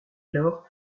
lors